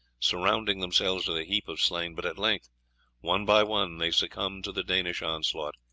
surrounding themselves with a heap of slain but at length one by one they succumbed to the danish onslaught,